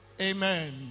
Amen